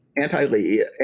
anti-Lee